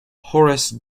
horace